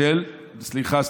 סליחה,